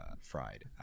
fried